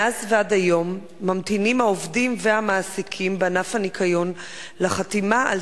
מאז ועד היום ממתינים העובדים והמעסיקים בענף הניקיון לחתימה על